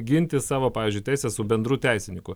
ginti savo pavyzdžiui teisę su bendru teisininku